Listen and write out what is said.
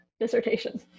dissertation